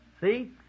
See